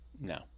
No